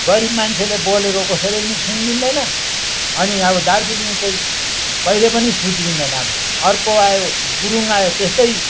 गरीब मान्छेले बोलेको कसैले पनि सुनिदिँदैन अनि अब दार्जिलिङ चाहिँ कहिले पनि सुध्रिँदैन अब अर्को आयो गुरुङ आयो त्यस्तै